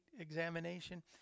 examination